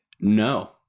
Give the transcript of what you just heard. no